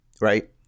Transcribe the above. Right